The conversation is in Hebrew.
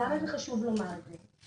למה חשוב לומר את זה?